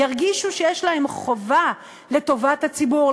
ירגישו שיש להם חובה לטובת הציבור,